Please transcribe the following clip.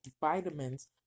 vitamins